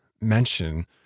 mention